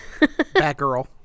Batgirl